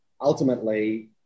Ultimately